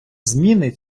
зміни